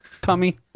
tummy